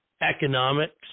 economics